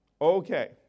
Okay